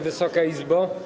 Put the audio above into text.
Wysoka Izbo!